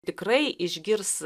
tikrai išgirs